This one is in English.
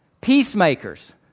Peacemakers